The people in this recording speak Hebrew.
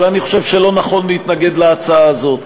אבל אני חושב שלא נכון להתנגד להצעה הזאת.